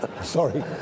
Sorry